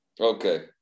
okay